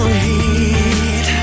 heat